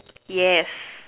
yes